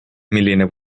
milline